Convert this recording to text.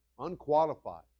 unqualified